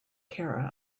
care